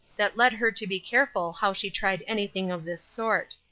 that led her to be careful how she tried anything of this sort.